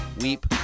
weep